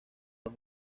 los